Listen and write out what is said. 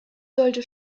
sollte